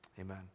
amen